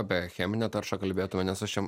apie cheminę taršą kalbėtume nes aš čia